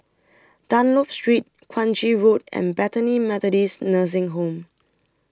Dunlop Street Kranji Road and Bethany Methodist Nursing Home